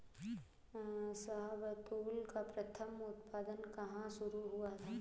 शाहबलूत का प्रथम उत्पादन कहां शुरू हुआ था?